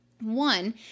One